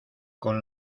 con